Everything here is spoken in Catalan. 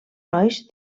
nois